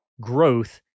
growth